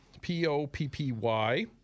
P-O-P-P-Y